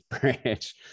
branch